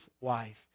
wife